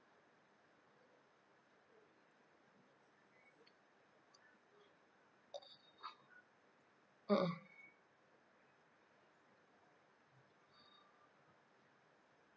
mmhmm